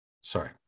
sorry